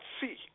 see